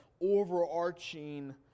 overarching